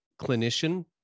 clinician